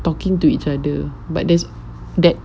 talking to each other but there's that